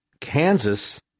Kansas